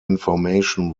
information